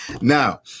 now